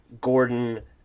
Gordon